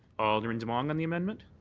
alderman demong on the amendment?